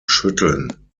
schütteln